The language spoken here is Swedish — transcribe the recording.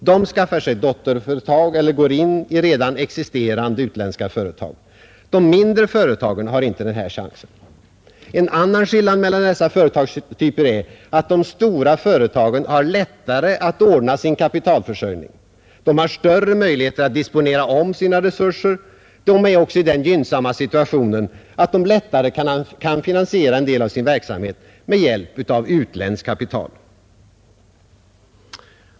De skaffar sig dotterföretag eller går in i redan existerande utländska företag. De mindre företagen har inte denna chans. En annan skillnad är att de stora företagen har lättare att ordna sin kapitalförsörjning. De har större möjligheter att disponera om sina resurser. De är också i den gynnsamma situationen att de lättare kan finansiera en del av sin verksamhet med hjälp av utländskt kapital.